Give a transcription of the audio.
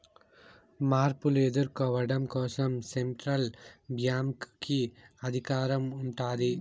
మార్పులు ఎదుర్కోవడం కోసం సెంట్రల్ బ్యాంక్ కి అధికారం ఉంటాది